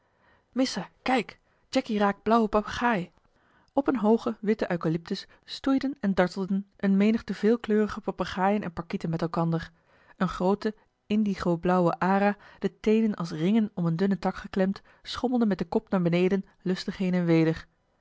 missa kijk jacky raak blauwe papegaai op een hoogen witten eucalyptus stoeiden en dartelden eene menigte veelkleurige papegaaien en parkieten met elkander een groote indigoblauwe ara de teenen als ringen om een dunnen tak geklemd schommelde met den kop naar beneden lustig heen en weder